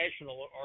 national